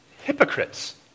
hypocrites